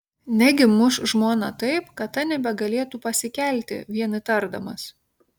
negi muš žmoną taip kad ta nebegalėtų pasikelti vien įtardamas